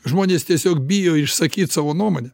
žmonės tiesiog bijo išsakyt savo nuomonę